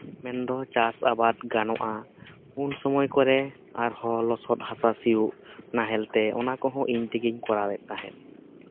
ᱢᱮᱱᱫᱚ ᱪᱟᱥ ᱟᱵᱟᱫ ᱜᱟᱱᱚᱜᱼᱟ ᱩᱱ ᱥᱚᱢᱚᱭ ᱠᱚᱨᱮ ᱟᱨᱦᱚᱸ ᱞᱚᱥᱚᱫ ᱦᱟᱥᱟ ᱥᱤᱭᱳᱜ ᱱᱟᱦᱮᱞ ᱛᱮ ᱚᱱᱟ ᱠᱚᱦᱚᱸ ᱤᱧ ᱛᱮᱜᱮᱧ ᱠᱚᱨᱟᱣᱮᱫ ᱛᱟᱦᱮᱸᱫ